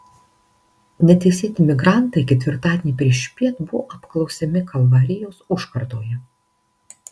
neteisėti migrantai ketvirtadienį priešpiet buvo apklausiami kalvarijos užkardoje